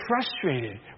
frustrated